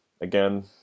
Again